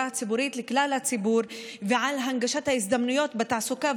הציבורית לכלל הציבור ועל הנגשת ההזדמנויות בתעסוקה,